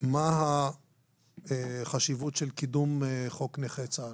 מהי החשיבות של קידום חוק נכי צה"ל?